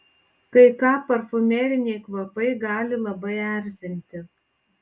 kai ką parfumeriniai kvapai gali labai erzinti